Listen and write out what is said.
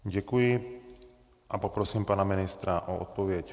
Děkuji a poprosím pana ministra o odpověď.